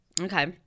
Okay